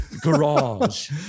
Garage